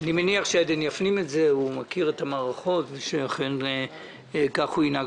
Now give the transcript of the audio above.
אני מניח שעדן יפנים את זה, שהוא אכן כך ינהג.